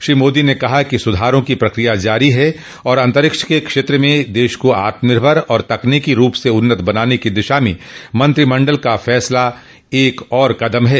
श्री मोदी ने कहा कि सुधारों की प्रक्रिया जारी है और अंतरिक्ष के क्षेत्र में देश को आत्मनिर्भर तथा तकनीकी रुप से उन्नत बनाने की दिशा में मंत्रिमंडल का फैसला एक और कदम है